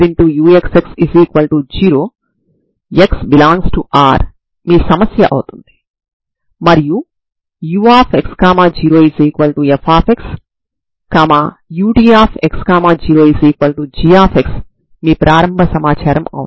ఇప్పుడు రెండు వైపులా ఐగెన్ ఫంక్షన్ తో గుణించి అవధులు a నుండి b వరకు తీసుకొని సమాకలనం చేస్తారు తద్వారా మీరుBnnπcb aabgsin nπb a dxabnπb a dx ని పొందుతారు